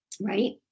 right